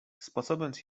sposobiąc